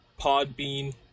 Podbean